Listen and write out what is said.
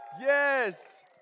Yes